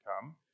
come